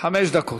חמש דקות.